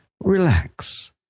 relax